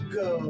go